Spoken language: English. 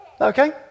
Okay